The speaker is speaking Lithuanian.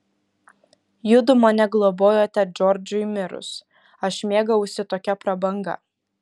judu mane globojote džordžui mirus aš mėgavausi tokia prabanga